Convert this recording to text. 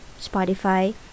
spotify